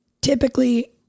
typically